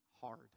hard